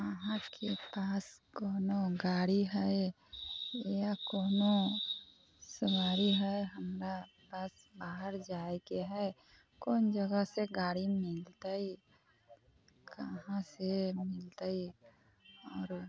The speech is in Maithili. अहाँ के पास कोनो गाड़ी है या कोनो सवारी है हमरा बाहर जायके है कोन जगह से गाड़ी मिलतै कहाँ से मिलतै आओर